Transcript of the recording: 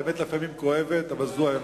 האמת לפעמים כואבת, אבל זו האמת.